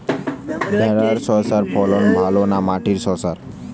ভেরার শশার ফলন ভালো না মাটির শশার?